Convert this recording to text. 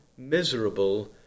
Miserable